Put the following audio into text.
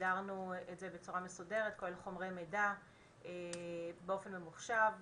סידרנו את זה בצורה מסודרת עם כל חומרי המידע באופן ממוחשב.